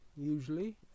usually